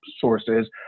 sources